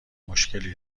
مشکلی